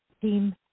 team